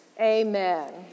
Amen